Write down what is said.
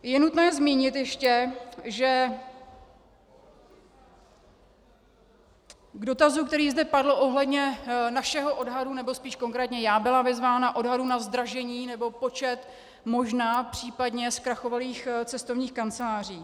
Je nutné ještě zmínit k dotazu, který zde padl ohledně našeho odhadu, nebo spíš konkrétně já byla vyzvána k odhadu na zdražení, nebo počet možná, případně zkrachovalých cestovních kanceláří.